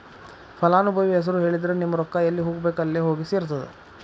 ಫಲಾನುಭವಿ ಹೆಸರು ಹೇಳಿದ್ರ ನಿಮ್ಮ ರೊಕ್ಕಾ ಎಲ್ಲಿ ಹೋಗಬೇಕ್ ಅಲ್ಲೆ ಹೋಗಿ ಸೆರ್ತದ